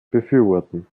befürworten